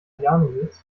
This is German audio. janowitz